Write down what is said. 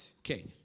Okay